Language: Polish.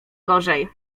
gorzej